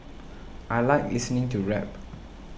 I like listening to rap